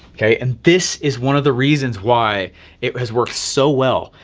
okay, and this is one of the reasons why it has worked so well.